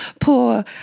poor